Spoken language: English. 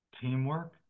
teamwork